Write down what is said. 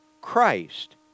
Christ